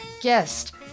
guest